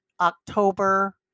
October